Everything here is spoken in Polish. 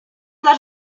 dla